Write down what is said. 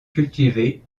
cultivées